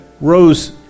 rose